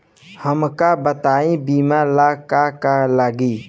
हमका बताई बीमा ला का का लागी?